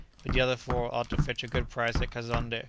but the other four ought to fetch a good price at kazonnde.